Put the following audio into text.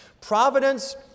Providence